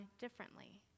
differently